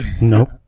Nope